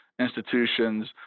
institutions